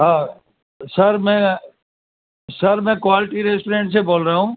ہاں سر میں سر میں کوالٹی ریسٹورینٹ سے بول رہا ہوں